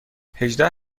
هجده